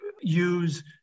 use